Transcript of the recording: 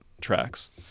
tracks